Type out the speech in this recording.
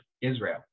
Israel